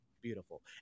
Beautiful